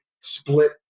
split